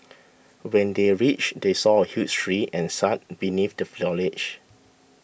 when they reached they saw a huge tree and sat beneath the foliage